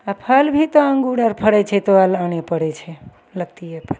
आओर फल भी तऽ अङ्गूर आओर फड़ै छै तऽ अलान पड़ै छै लत्तिए फत्ती